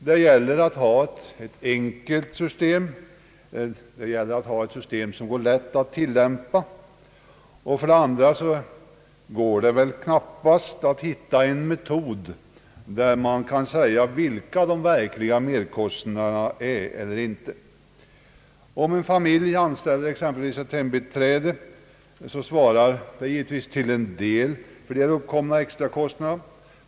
Det gäller att ha ett system som går lätt att tilllämpa, och det går väl knappast att hitta en metod som visar vilka de verkliga merkostnaderna är. Om en familj exempelvis anställer ett hembiträde svarar detta till en del för de uppkomna extrakostnaderna.